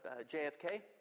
JFK